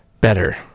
better